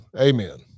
Amen